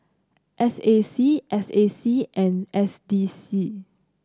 S A C S A C and S D C